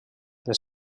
les